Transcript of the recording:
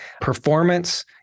performance